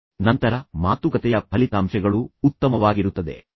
ತದನಂತರ ಅಂತಿಮವಾಗಿ ಮಾತುಕತೆಯ ಫಲಿತಾಂಶಗಳು ಉತ್ತಮವಾಗಿರುತ್ತದೆ